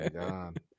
god